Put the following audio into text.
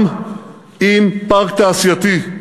גם עם פארק תעשייתי,